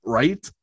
right